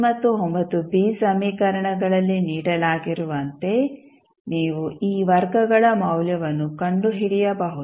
ಮತ್ತು ಸಮೀಕರಣಗಳಲ್ಲಿ ನೀಡಲಾಗಿರುವಂತೆ ನೀವು ಈ ವರ್ಗಗಳ ಮೌಲ್ಯವನ್ನು ಕಂಡುಹಿಡಿಯಬಹುದು